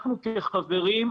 אנחנו כחברים,